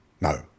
No